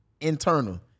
internal